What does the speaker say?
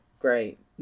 Great